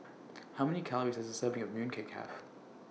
How Many Calories Does A Serving of Mooncake Have